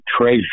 treasure